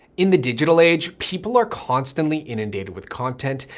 in the digital age, people are constantly inundated with content,